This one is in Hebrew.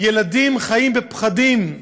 ילדים חיים בפחדים.